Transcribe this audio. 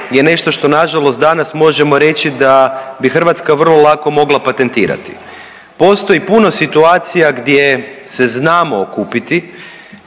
je nešto što nažalost danas možemo reći da bi Hrvatska vrlo lako mogla patentirati. Postoji puno situacija gdje se znamo okupiti,